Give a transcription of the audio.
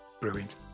brilliant